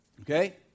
okay